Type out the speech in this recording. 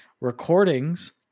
Recordings